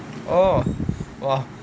oh !wah!